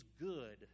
good